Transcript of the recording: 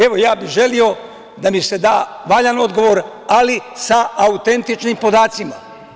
Želeo bih da mi se da valjan odgovor, ali sa autentičnim podacima.